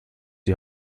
die